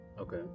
Okay